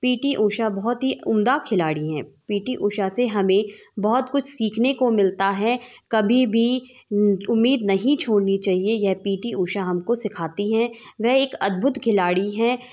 P T Usha बहुत ही उम्दा खिलाड़ी हैं पी टी ऊषा से हमें बहुत कुछ सीखने को मिलता है कभी भी उम्मीद नहीं छोड़नी चाहिए यह पी टी ऊषा हमको सिखाती हैं वह एक अद्भुत खिलाड़ी हैं